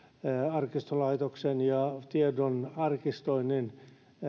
arkistolaitoksen ja tiedon arkistoinnin